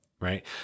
right